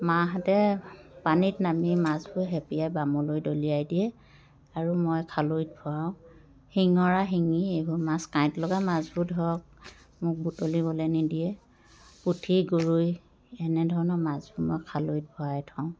মাহঁতে পানীত নামি মাছবোৰ হেপিয়াই বামলৈ দলিয়াই দিয়ে আৰু মই খালৈত ভৰাওঁ শিঙৰা শিঙি এইবোৰ মাছ কাঁইত লগা মাছবোৰ ধৰক মোক বুটলিবলৈ নিদিয়ে পুঠি গৰৈ এনেধৰণৰ মাছবোৰ মই খালৈত ভৰাই থওঁ